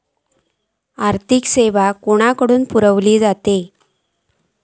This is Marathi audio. आर्थिक सेवा कोणाकडन पुरविली जाता?